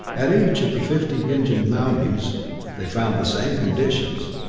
at each of the fifty engine mountings they found the same conditions.